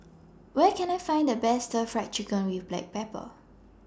Where Can I Find The Best Stir Fried Chicken with Black Pepper